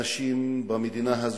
היום אנחנו מציינים את היום הבין-לאומי